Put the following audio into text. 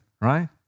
right